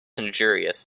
injurious